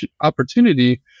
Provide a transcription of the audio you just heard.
opportunity